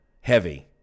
heavy